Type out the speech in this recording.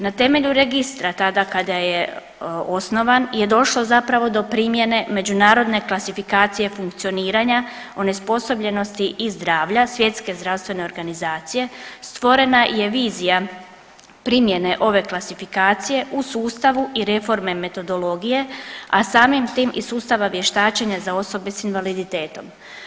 Na temelju registra tada kada je osnovan je došlo zapravo do primjene međunarodne klasifikacije funkcioniranja, onesposobljenosti i zdravlja Svjetske zdravstvene organizacije, stvorena je vizija primjene ove klasifikacije u sustavu i reforme metodologije, a samim tim i sustava vještačenja za osobe s invaliditetom.